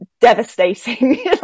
devastating